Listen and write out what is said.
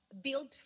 build